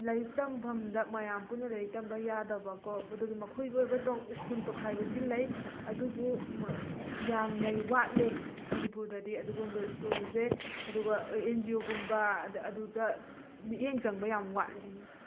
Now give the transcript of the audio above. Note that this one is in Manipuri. ꯂꯥꯏꯔꯤꯛ ꯇꯝꯐꯝꯗ ꯃꯌꯥꯝ ꯄꯨꯟꯅ ꯂꯥꯏꯔꯤꯛ ꯇꯝꯕ ꯌꯥꯗꯕꯀꯣ ꯑꯗꯨꯒ ꯃꯈꯣꯏꯒꯤ ꯑꯣꯏꯕ ꯁ꯭ꯀꯨꯜ ꯇꯣꯈꯥꯏꯕꯗꯤ ꯂꯩ ꯑꯗꯨꯕꯨ ꯌꯥꯝꯅ ꯋꯥꯠꯂꯦ ꯃꯅꯤꯄꯨꯔꯗꯗꯤ ꯑꯗꯨꯒꯨꯝꯕ ꯁ꯭ꯀꯨꯜꯁꯦ ꯑꯗꯨꯒ ꯑꯦꯟ ꯖꯤ ꯑꯣꯒꯨꯝꯕ ꯑꯗꯨꯗ ꯃꯤꯠꯌꯦꯡ ꯆꯪꯕ ꯌꯥꯝ ꯋꯥꯠꯂꯦ ꯍꯥꯏꯅꯤꯡꯉꯦ